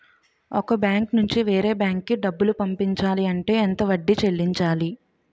ఒక బ్యాంక్ నుంచి వేరే బ్యాంక్ కి డబ్బులు పంపించాలి అంటే ఎంత వడ్డీ చెల్లించాలి?